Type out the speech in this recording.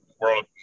world